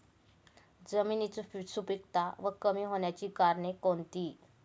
जमिनीची सुपिकता कमी होण्याची कारणे कोणती?